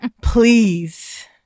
Please